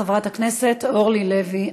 חבר הכנסת מנחם אליעזר מוזס,